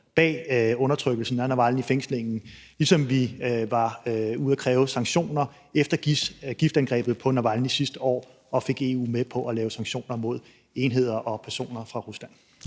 bag undertrykkelsen af Navalnyj, fængslingen, ligesom vi var ude at kræve sanktioner efter giftangrebet på Navalnyj sidste år, hvor vi fik EU med på at lave sanktioner mod enheder og personer fra Rusland.